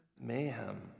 mayhem